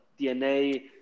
DNA